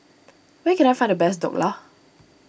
where can I find the best Dhokla